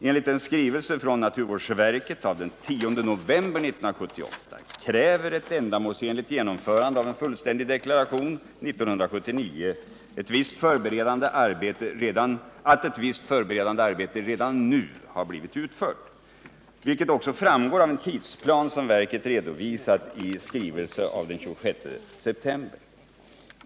Enligt en skrivelse från naturvårdsverket av den 10 november 1978 kräver ett ändamålsenligt genomförande av en fullständig deklaration 1979 att visst förberedande arbete redan nu blivit utfört, vilket också framgår av en tidsplan som verket redovisat i skrivelse den 26 september.